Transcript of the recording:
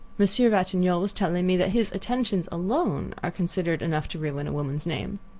monsieur ratignolle was telling me that his attentions alone are considered enough to ruin a woman's name.